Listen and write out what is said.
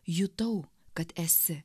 jutau kad esi